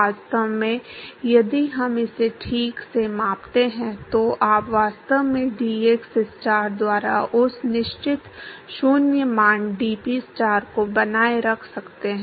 वास्तव में यदि हम इसे ठीक से मापते हैं तो आप वास्तव में dxstar द्वारा उस निश्चित 0 मान dPstar को बनाए रख सकते हैं